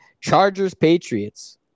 Chargers-Patriots